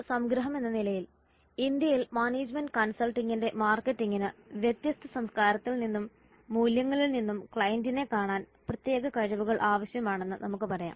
ഒരു സംഗ്രഹം എന്ന നിലയിൽ ഇന്ത്യയിൽ മാനേജ്മെന്റ് കൺസൾട്ടിംഗിന്റെ മാർക്കറ്റിംഗിന് വ്യത്യസ്ത സംസ്കാരത്തിൽ നിന്നും മൂല്യങ്ങളിൽ നിന്നും ക്ലയന്റിനെ കാണാൻ പ്രത്യേക കഴിവുകൾ ആവശ്യമാണെന്ന് നമുക്ക് പറയാം